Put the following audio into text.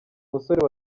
musore